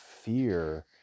fear